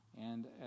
And